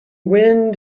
wind